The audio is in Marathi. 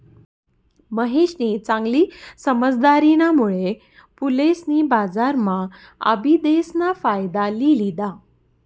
महेशनी चांगली समझदारीना मुळे फुलेसनी बजारम्हा आबिदेस ना फायदा लि लिदा